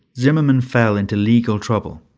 zimmermann fell into legal trouble.